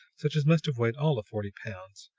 such as must have weighed all of forty pounds,